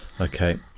Okay